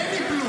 הם ייפלו,